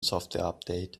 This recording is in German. softwareupdate